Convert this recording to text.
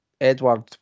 Edward